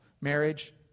Marriage